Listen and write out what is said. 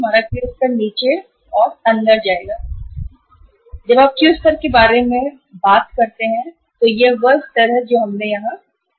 हमारा Q स्तर नीचे और अंदर जाएगा यह मामला जब आप Qस्तर के बारे में बात करते हैं तो यह वह स्तर है जो हमने यहां तय किया है